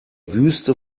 wüste